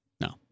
No